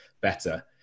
better